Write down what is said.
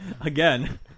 Again